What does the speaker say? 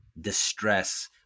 distress